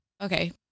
Okay